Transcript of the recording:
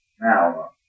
Now